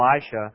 Elisha